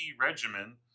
regimen